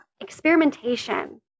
experimentation